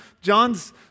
John's